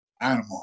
Animal